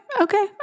Okay